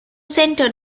centered